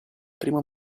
primo